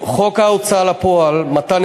הצעת חוק ההוצאה לפועל (תיקון מס' 47 והוראת